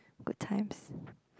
good times